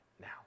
now